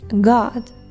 God